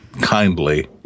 kindly